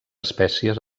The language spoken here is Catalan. espècies